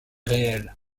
réelle